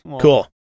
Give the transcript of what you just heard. Cool